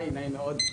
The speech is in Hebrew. נעים מאוד,